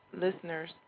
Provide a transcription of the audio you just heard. listeners